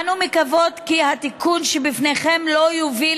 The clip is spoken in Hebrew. אנו מקוות כי התיקון שלפניכם לא יוביל